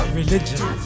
religion